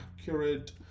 accurate